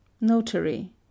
Notary